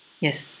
yes